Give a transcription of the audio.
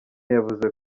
yavuze